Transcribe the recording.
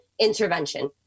intervention